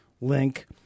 link